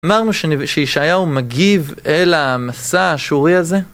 אמרנו שישעיהו מגיב אל המסע האשורי הזה?